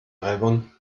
albern